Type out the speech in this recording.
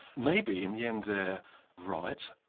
maybe in the end they're right,